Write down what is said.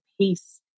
peace